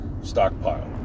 stockpile